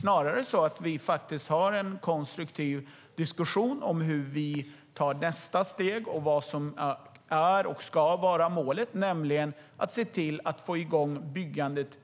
Snarare har vi en konstruktiv diskussion om hur vi tar nästa steg och vad som är och ska vara målet, nämligen att se till att få igång byggandet